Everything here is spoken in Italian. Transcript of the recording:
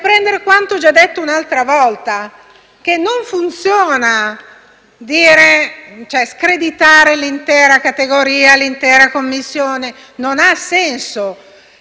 riprendere quanto già detto un'altra volta: che non funziona screditare l'intera categoria, l'intera Commissione; non ha senso.